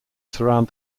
surround